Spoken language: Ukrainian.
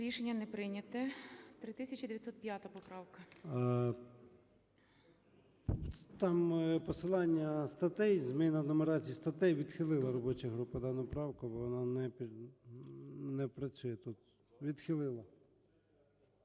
Рішення не прийнято. 3905 поправка. ЧЕРНЕНКО О.М. Там посилання статей, зміна нумерації статей. Відхилила робоча група дану правку, бо вона не працює тут. Відхилена.